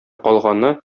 калганы